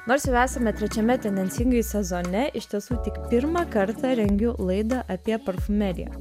nors jau esame trečiame tendencingai sezone iš tiesų tik pirmą kartą rengiu laidą apie parfumeriją